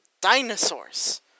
dinosaurs